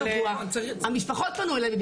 אני מבינה, אבל המשפחות פנו אלי.